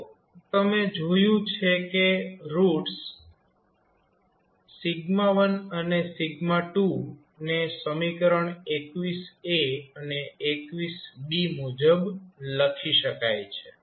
તો તમે જોયું છે કે રૂટ્સ 1 અને 2 ને સમીકરણ અને મુજબ લખી શકાય છે